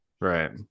Right